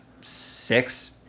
six